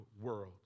world